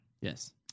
Yes